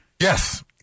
Yes